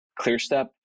ClearStep